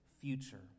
future